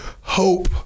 Hope